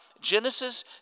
Genesis